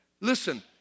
Listen